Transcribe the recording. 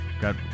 Got